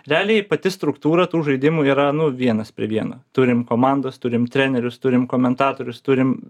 realiai pati struktūra tų žaidimų yra nu vienas prie vieno turim komandas turim trenerius turim komentatorius turim